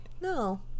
No